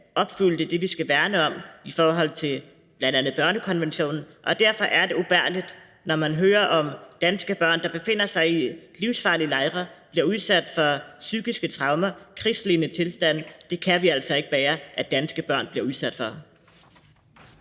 Det er det, vi skal værne om i forhold til bl.a. børnekonventionen. Derfor er det ubærligt, når man hører om danske børn, der befinder sig i livsfarlige lejre, og som får psykiske traumer og bliver udsat for krigslignende tilstande. Det kan vi altså ikke bære at danske børn bliver udsat for.